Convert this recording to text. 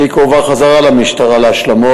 התיק הועבר חזרה למשטרה להשלמות,